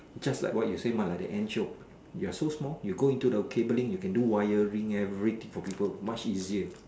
just like what you said mah like the Ant joke you're so small you go into the cabling you can do wiring everything for people much easier